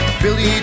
Billy